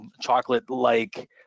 chocolate-like